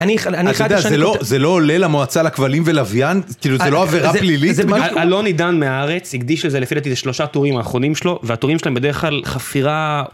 אני החלטתי שאני.. אתה יודע זה לא עולה למועצה לכבלים ולווין, כאילו זה לא עבירה פלילית? בדיוק, אלון עידן מהארץ הקדיש לזה לפי לדעתי שלושה טורים האחרונים שלו, והטורים שלהם בדרך כלל חפירה...